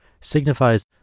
signifies